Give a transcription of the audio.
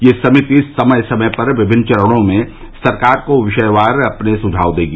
यह समिति समय समय पर विभिन्न चरणों में सरकार को विषयवार अपने सुझाव देगी